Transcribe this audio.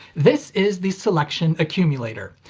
this is the selection accumulator.